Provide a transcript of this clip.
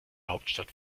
hauptstadt